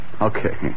Okay